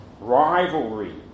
rivalry